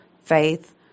faith